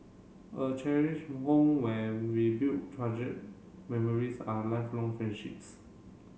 a cherished home where we build treasured memories are lifelong friendships